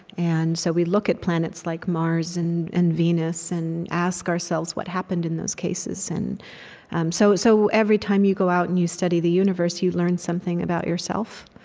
and so we look at planets like mars and and venus and ask ourselves what happened in those cases. um so so every time you go out and you study the universe, you learn something about yourself.